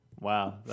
Wow